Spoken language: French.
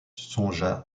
songea